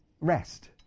rest